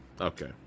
Okay